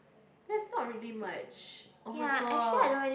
that's not really much oh-my-god